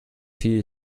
viel